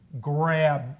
grab